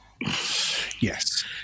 Yes